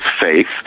faith